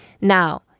now